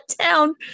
town